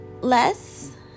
less